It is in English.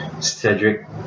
Cedric